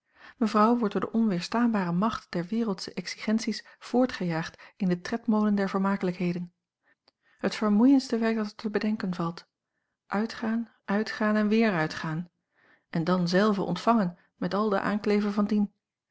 mevrouw wordt door de onweerstaanbare macht der wereldsche exigenties voortgejaagd in den tredmolen der vermakelijkheden het vermoeiendste werk dat er te bedenken valt uitgaan uitgaan en weer uitgaan en dan zelve ontvangen met al den aankleve van dien